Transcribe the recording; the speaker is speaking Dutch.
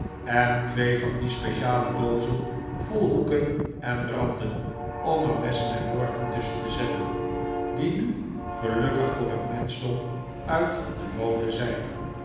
en twee van die speciale doozen vol hoeken en randen om er messen en vorken tusschen te zetten die nu gelukkig voor het menschdom uit de mode zijn